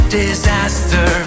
disaster